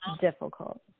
difficult